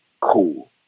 cool